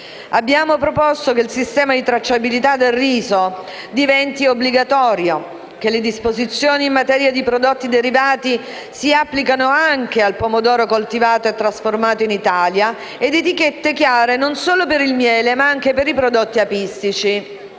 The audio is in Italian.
inoltre proposto che il sistema di tracciabilità del riso diventi obbligatorio; che le disposizioni in materia di prodotti derivati si applichino anche al pomodoro coltivato e trasformato in Italia, con etichette chiare non solo per il miele, ma anche per i prodotti apistici.